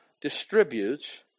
distributes